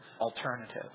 alternative